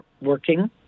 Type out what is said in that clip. working